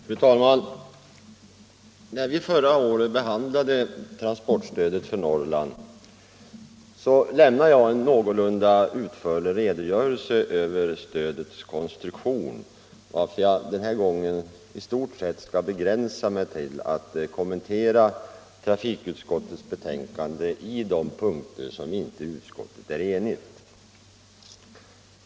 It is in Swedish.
Fru talman! När vi förra året behandlade transportstödet för Norrland lämnade jag en någorlunda utförlig redogörelse för stödets konstruktion, varför jag den här gången i stort sett skall begränsa mig till att kommentera trafikutskottets betänkande i de punkter där inte utskottet är enigt.